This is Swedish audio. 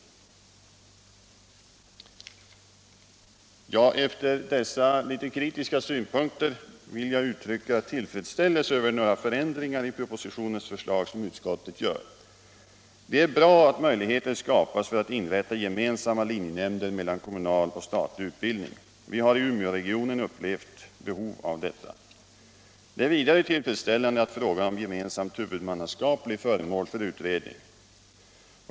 Efter att ha anfört dessa litet kritiska synpunkter vill jag uttrycka tillfredsställelse över några förändringar i propositionens förslag som utskottet gör. Det är bra att möjligheter skapas för att inrätta gemensamma linjenämnder mellan kommunal och statlig utbildning. Vi har i Umeåregionen upplevt behov av detta. Det är vidare tillfredsställande att frågan om gemensamt huvudmannaskap blir föremål för utredning.